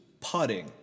putting